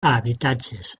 habitatges